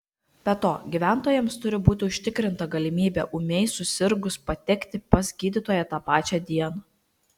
be to gyventojams turi būti užtikrinta galimybė ūmiai susirgus patekti pas gydytoją tą pačią dieną